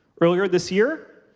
earlier this year,